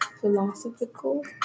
philosophical